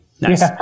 Nice